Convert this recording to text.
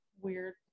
weird